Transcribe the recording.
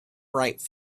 write